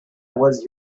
was